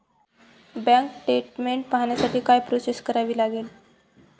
Bank statement पाहण्यासाठी काय process करावी लागेल?